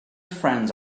friends